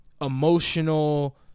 emotional